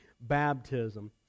baptism